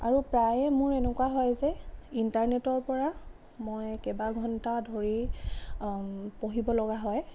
আৰু প্ৰায়ে মোৰ এনেকুৱা হয় যে ইণ্টাৰনেটৰ পৰা মই কেইবা ঘণ্টা ধৰি পঢ়িব লগা হয়